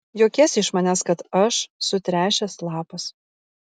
juokiesi iš manęs kad aš sutręšęs lapas